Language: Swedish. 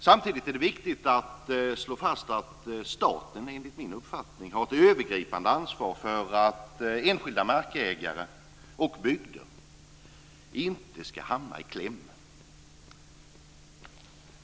Samtidigt är det viktigt att slå fast att staten har ett övergripande ansvar för att enskilda markägare och bygder inte ska hamna i kläm.